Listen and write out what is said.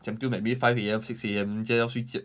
siam diu like maybe five A_M six A_M 人家要睡觉